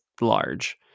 large